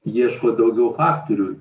ieško daugiau faktorių